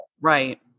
Right